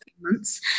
months